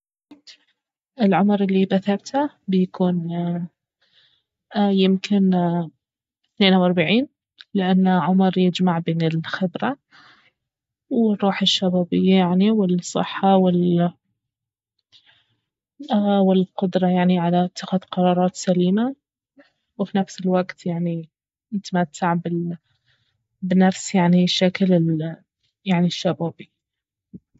العمر الي بثبته بيكون يمكن اثنين وأربعين لانه عمر يجمع بين الخبرة والروح الشبابية يعني والصحة وال- والقدرة يعني على اتخاذ قرارات سليمة وفي نفس الوقت يعني نتمتع بنفس يعني الشكل يعني الشبابي